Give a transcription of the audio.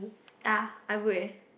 ah I would